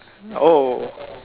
oh